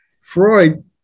Freud